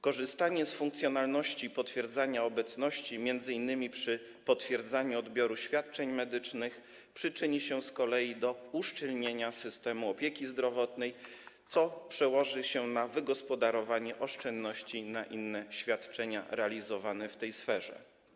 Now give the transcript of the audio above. Korzystanie z funkcjonalności potwierdzania obecności m.in. przy potwierdzaniu odbioru świadczeń medycznych przyczyni się z kolei do uszczelnienia systemu opieki zdrowotnej, co przełoży się na wygospodarowanie oszczędności na inne świadczenia realizowane w tej sferze.